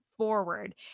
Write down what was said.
Forward